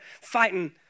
fighting